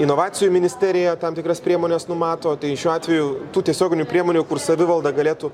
inovacijų ministerija tam tikras priemones numato tai šiuo atveju tų tiesioginių priemonių kur savivalda galėtų